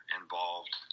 involved